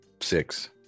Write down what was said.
six